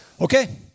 Okay